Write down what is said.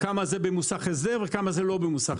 כמה זה במוסך הסדר וכמה זה לא במוסך הסדר.